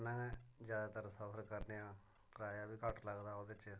अस ट्रैना च गै ज्यादातर सफर करने आं कराया बी घट्ट लगदा ओह्दे च